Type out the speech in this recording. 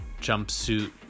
jumpsuit